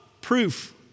proof